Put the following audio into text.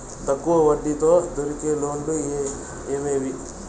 తక్కువ వడ్డీ తో దొరికే లోన్లు ఏమేమీ?